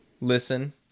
listen